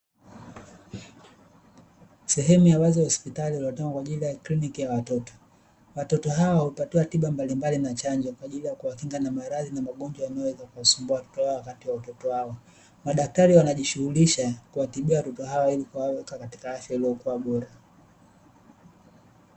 Sehemu ya wazi ya hospitali iliyotengwa kwa ajili ya kliniki ya watoto, watoto hawa hupatiwa tiba mbalimbali na chanjo kwa ajili ya kuwakinga na maradhi na magonjwa yanayoweza kuwasumbua watoto hawa wakati wa utoto wao. Madaktari wanajishughulisha kuwatibia watoto hawa ili kuwaweka katika afya iliyokuwa bora.